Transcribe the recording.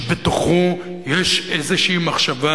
שבתוכה יש איזו מחשבה